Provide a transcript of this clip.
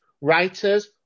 writers